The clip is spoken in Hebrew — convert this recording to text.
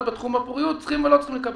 בתחום הפוריות צריכים או לא צריכים לקבל.